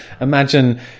Imagine